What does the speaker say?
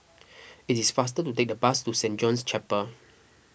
it is faster to take the bus to Saint John's Chapel